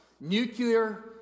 Nuclear